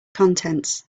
contents